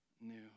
new